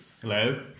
Hello